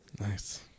Nice